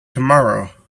tomorrow